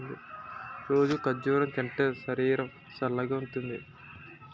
రోజూ ఖర్జూరం తింటే శరీరం సల్గవుతుంది